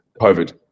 covid